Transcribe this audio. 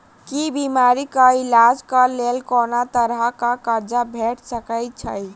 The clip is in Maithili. की बीमारी कऽ इलाज कऽ लेल कोनो तरह कऽ कर्जा भेट सकय छई?